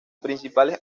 principales